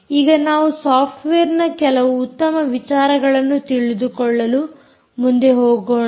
ಈಗ ನಾವು ಸಾಫ್ಟ್ವೇರ್ನ ಕೆಲವು ಉತ್ತಮ ವಿಚಾರಗಳನ್ನು ತಿಳಿದುಕೊಳ್ಳಲು ಮುಂದೆ ಹೋಗೋಣ